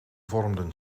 vormden